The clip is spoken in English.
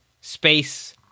space